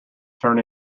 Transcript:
turn